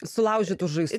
sulaužytų žaislų